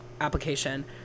application